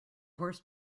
horse